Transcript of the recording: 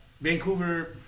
Vancouver